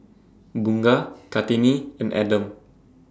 Bunga Kartini and Adam